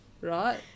Right